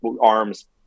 arms